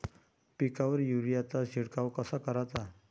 पिकावर युरीया चा शिडकाव कसा कराचा?